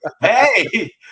Hey